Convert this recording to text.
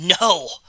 No